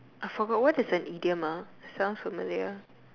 I forgot what is an idiom ah sounds familiar